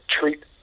treat